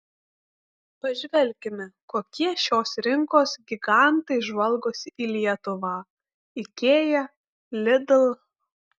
pažvelkime kokie šios rinkos gigantai žvalgosi į lietuvą ikea lidl